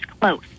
close